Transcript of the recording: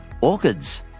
orchids